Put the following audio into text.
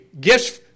gifts